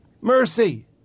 Mercy